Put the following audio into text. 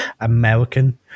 American